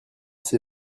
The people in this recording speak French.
ses